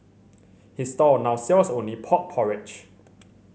his stall now sells only pork porridge